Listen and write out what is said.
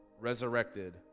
resurrected